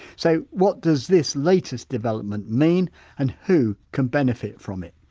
so what does this latest development mean and who can benefit from it?